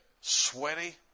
sweaty